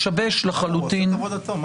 הוא עושה את עבודתו.